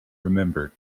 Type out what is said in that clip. remember